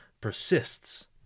persists